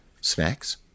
snacks